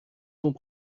sont